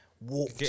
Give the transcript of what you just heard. walk